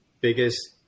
biggest